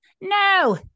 no